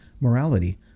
morality